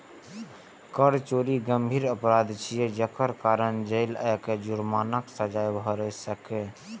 कर चोरी गंभीर अपराध छियै, जे कारण जेल आ जुर्मानाक सजा भए सकैए